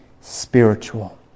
spiritual